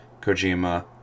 Kojima